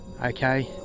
okay